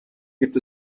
gibt